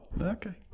Okay